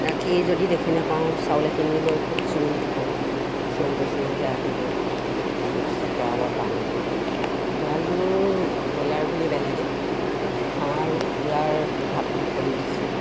তাকেই যদি দেখি নাপাওঁ চাউল এখিনি লৈ খুব চিঞৰি থাকোঁ চিঞৰোঁতে চিঞৰোঁতে আহিব আহি পাছত গড়ালত বান্ধি দিওঁ গড়াল মোৰ ব্ৰইলাৰ বুলি বেলেগে হাঁহ আৰু কুকুৰাৰ ভাগ ভাগ কৰি দিছোঁ